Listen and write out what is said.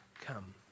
come